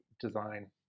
design